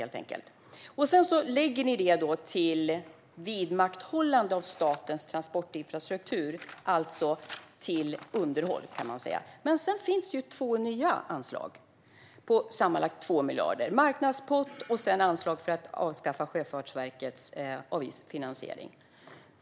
Det lägger ni till Vidmakthållande av statens transportinfrastruktur , alltså till underhåll, kan man säga. Men sedan finns två nya anslag på sammanlagt 2 miljarder: Marknadspott och Anslag för att avskaffa Sjöfartsverkets avgiftsfinansiering .